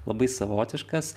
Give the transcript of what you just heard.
labai savotiškas